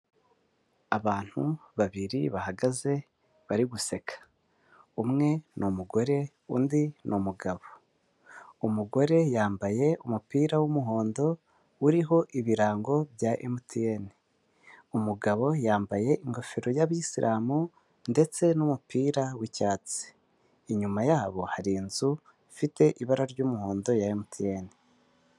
Abantu babiri bahagaze bari guseka umwe ni umugore undi ni umugabo, umugore yambaye umupira w'umuhondo uriho ibirango bya emutiyene, umugabo yambaye ingofero y'abayisiramu ndetse n'umupira w'icyatsi inyuma yabo hari inzu ifite ibara ry'umuhondo ya emutiyene.